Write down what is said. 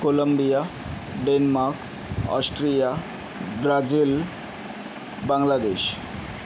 Columbia Denmark Austria Brazil Bangladesh